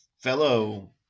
fellow